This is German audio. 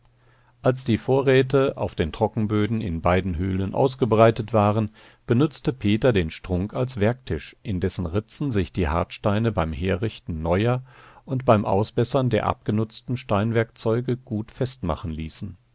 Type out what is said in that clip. als die vorräte auf den trockenböden in beiden höhlen ausgebreitet waren benutzte peter den strunk als werktisch in dessen ritzen sich die hartsteine beim herrichten neuer und beim ausbessern der abgenutzten steinwerkzeuge gut festmachen ließen